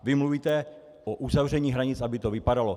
Vy mluvíte o uzavření hranic, aby to vypadalo.